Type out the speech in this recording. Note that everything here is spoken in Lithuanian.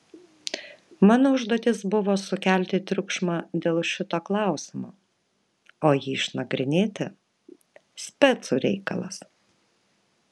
mano užduotis buvo sukelti triukšmą dėl šito klausimo o jį išnagrinėti specų reikalas